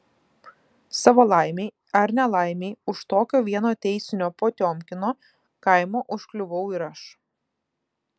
savo laimei ar nelaimei už tokio vieno teisinio potiomkino kaimo užkliuvau ir aš